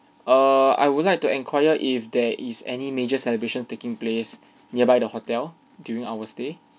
err I would like to enquire if there is any major celebrations taking place nearby the hotel during our stay